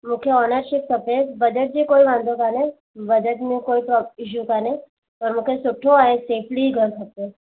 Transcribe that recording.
मूंखे ऑनरशिप खपे बजट जो कोई वांदो कान्हे बजट में कोई प्रो इशू कान्हे पर मूंखे सुठो ऐं सेफ्ली घरु खपे